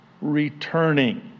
returning